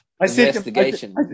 Investigation